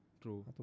true